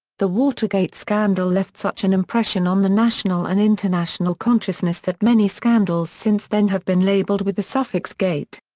the watergate scandal left such an impression on the national and international consciousness that many scandals since then have been labeled with the suffix gate.